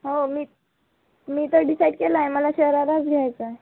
हो मी मी तर डिसाईड केला आहे मला शराराच घ्यायचा आहे